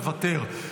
מוותר.